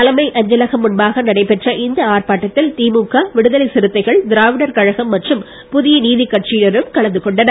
தலைமை அஞ்சலகம் முன்பாக நடைபெற்ற இந்த ஆர்ப்பாட்டத்தில் திமுக விடுதலை சிறுத்தைகள் திராவிடர் கழகம் மற்றும் புதிய நீதிக் கட்சியினரும் கலந்து கொண்டனர்